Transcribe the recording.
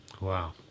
Wow